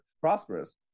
prosperous